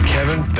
Kevin